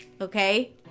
okay